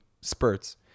spurts